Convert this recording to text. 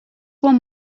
one